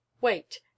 wait